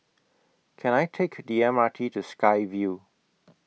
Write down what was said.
Can I Take The M R T to Sky Vue